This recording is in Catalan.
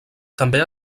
també